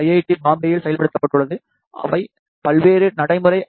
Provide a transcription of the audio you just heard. D பம்பாயில் செயல்படுத்தப்பட்டுள்ளது இவை பல்வேறு நடைமுறை ஐ